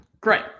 Great